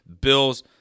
Bills